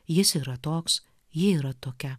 jis yra toks ji yra tokia